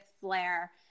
flare